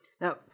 Now